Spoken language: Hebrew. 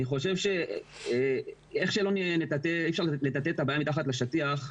אני חושב שאיך שלא נטאטא אי אפשר לטאטא את הבעיה מתחת לשטיח,